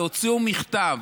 הם הוציאו מכתב